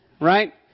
right